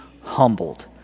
humbled